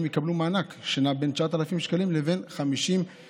יקבלו מענק שנע בין 9,000 שקלים לבין 50,000